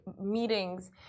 meetings